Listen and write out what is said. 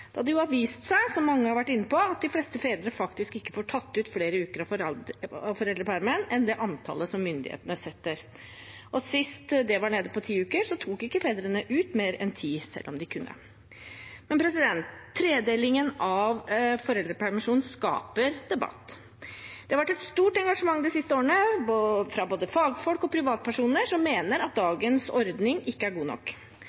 da det jo har vist seg – som mange har vært inne på – at de fleste fedre faktisk ikke får tatt ut flere uker av foreldrepermen enn det antallet som myndighetene setter. Og sist det var nede på ti uker, tok ikke fedrene ut mer enn ti uker, selv om de kunne. Tredelingen av foreldrepermisjonen skaper debatt. Det har vært et stort engasjement de siste årene fra både fagfolk og privatpersoner som mener at dagens ordning ikke er god nok.